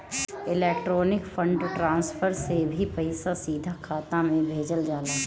electronic fund transfer से भी पईसा सीधा खाता में भेजल जाला